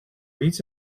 reads